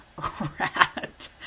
rat